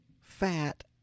fat